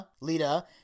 Lita